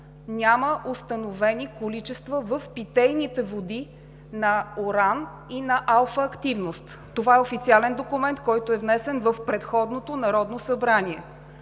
няма установени количества на уран и на алфа-активност. Това е официален документ, който е внесен в предходното Народно събрание.